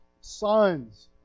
sons